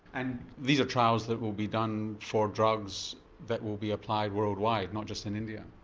and these are trials that will be done for drugs that will be applied worldwide, not just in india?